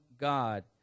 God